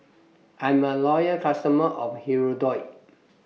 I'm A Loyal customer of Hirudoid